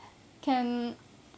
can